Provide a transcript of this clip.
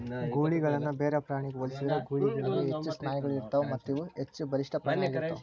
ಗೂಳಿಗಳನ್ನ ಬೇರೆ ಪ್ರಾಣಿಗ ಹೋಲಿಸಿದ್ರ ಗೂಳಿಗಳಿಗ ಹೆಚ್ಚು ಸ್ನಾಯುಗಳು ಇರತ್ತಾವು ಮತ್ತಇವು ಹೆಚ್ಚಬಲಿಷ್ಠ ಪ್ರಾಣಿ ಆಗಿರ್ತಾವ